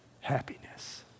happiness